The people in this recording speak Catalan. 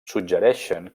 suggereixen